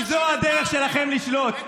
כי זאת הדרך שלכם לשלוט.